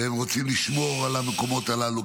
והם רוצים לשמור על המקומות הללו,